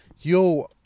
yo